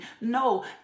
No